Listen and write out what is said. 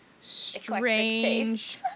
strange